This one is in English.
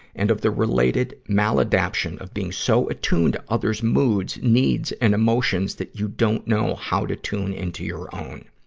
and of the related maladaption of being so attuned to other's moods, needs, and emotions that you don't know how to tune into your own.